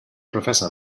professor